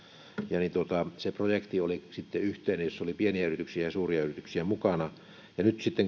ja se projekti oli sitten yhteinen siinä oli pieniä yrityksiä ja suuria yrityksiä mukana sitten